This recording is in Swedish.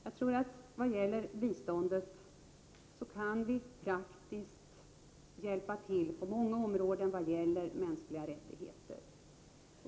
Jag tror att då det gäller biståndet kan vi praktiskt hjälpa till på många områden beträffande mänskliga rättigheter.